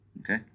Okay